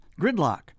gridlock